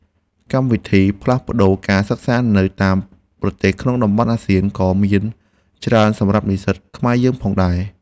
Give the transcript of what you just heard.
កម្មវិធីផ្លាស់ប្តូរការសិក្សានៅតាមប្រទេសក្នុងតំបន់អាស៊ានក៏មានច្រើនសម្រាប់និស្សិតខ្មែរយើងផងដែរ។